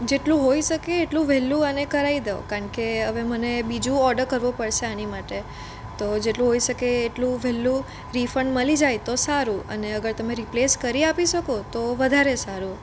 જેટલું હોઇ શકે એટલું વહેલું આને કરાવી દો કારણ કે હવે મને બીજું ઓડર કરવો પડશે આની માટે તો જેટલું હોઇ શકે એટલું વહેલું રિફંડ મળી જાય તો સારું અને અગર તમે રિપ્લેસ કરી આપી શકો તો વધારે સારું